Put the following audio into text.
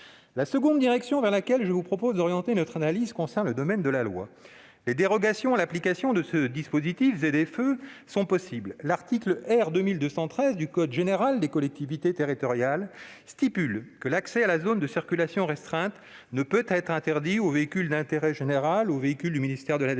La deuxième direction dans laquelle je vous propose d'avancer, c'est le domaine de la loi. Des dérogations générales à l'application du dispositif ZFE sont possibles. L'article R. 2213-1-0-1 du code général des collectivités territoriales dispose que l'accès à la zone de circulation restreinte ne peut être interdit aux véhicules d'intérêt général, aux véhicules du ministère de la défense,